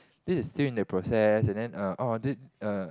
this is still in the process and then err orh th~ err